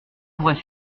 pourrait